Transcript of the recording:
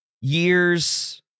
years